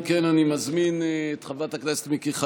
אם כן, אני מזמין את חברת הכנסת מיקי חיימוביץ',